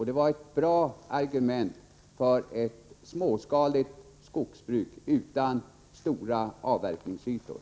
Det var ett bra argument för ett småskaligt skogsbruk utan stora avverkningsytor.